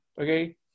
okay